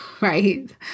right